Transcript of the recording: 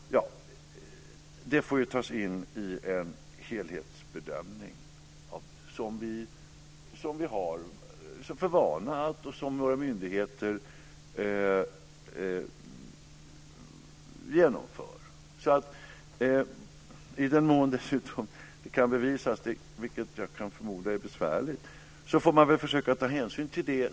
Det får ju vägas in i en helhetsbedömning som våra myndigheter gör. I den mån detta kan bevisas, vilket jag förmodar är besvärligt, får man väl försöka ta hänsyn till det.